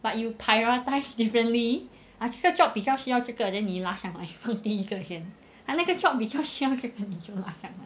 but you prioritise differently 这个 job 比较需要这个 then 你就拉上来放第一个先那个 job 比较需要这个你就拉上来